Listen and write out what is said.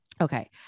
okay